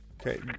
Okay